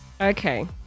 Okay